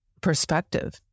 perspective